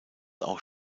auch